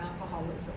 alcoholism